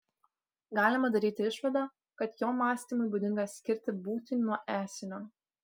galima daryti išvadą kad jo mąstymui būdinga skirti būtį nuo esinio